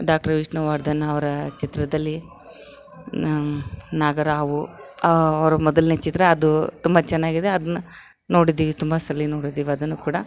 doctor Vishnuvardhan ಅವರ ಚಿತ್ರದಲ್ಲಿ ನಾಗರಹಾವು ಅವರು ಮೊದಲನೇ ಚಿತ್ರ ಅದು ತುಂಬ ಚೆನ್ನಾಗಿದೆ ಅದನ್ನ ನೋಡಿದ್ದೀವಿ ತುಂಬ ಸಲ ನೋಡಿದ್ದೀವಿ ಅದನ್ನು ಕೂಡ